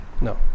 no